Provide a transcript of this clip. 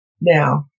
Now